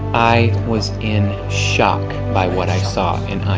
i was in shock by what i saw in